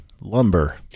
lumber